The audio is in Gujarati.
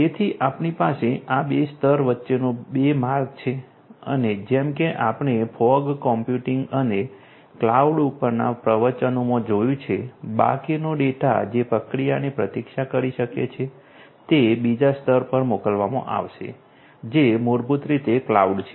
તેથી આપણી પાસે આ બે સ્તર વચ્ચેનો બે માર્ગ છે અને જેમ કે આપણે ફોગ કોમ્પ્યુટીંગ અને ક્લાઉડ પરના પ્રવચનોમાં જોયું છે બાકીનો ડેટા જે પ્રક્રિયાની પ્રતીક્ષા કરી શકે છે તે બીજા સ્તર પર મોકલવામાં આવશે જે મૂળભૂત રીતે ક્લાઉડ છે